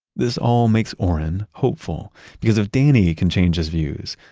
this all makes orrin hopeful because if danny can change his views,